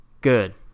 Good